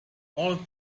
all